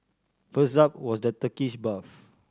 first up was the Turkish bath